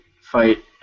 fight